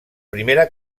primera